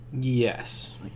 Yes